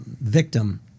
victim